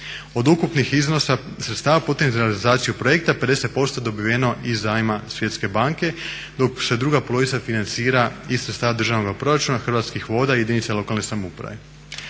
Od ukupnih iznosa sredstava potrebnih za realizaciju projekta 50% dobiveno je iz zajma Svjetske banke dok se druga polovica financira iz sredstava državnoga proračuna Hrvatskih voda i jedinica lokalne samouprave.